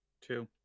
Two